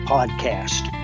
Podcast